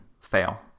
fail